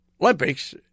Olympics